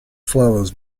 flowers